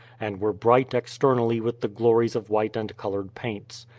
and were bright externally with the glories of white and colored paints.